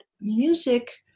music